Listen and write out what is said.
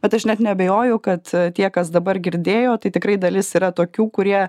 bet aš net neabejoju kad tie kas dabar girdėjo tai tikrai dalis yra tokių kurie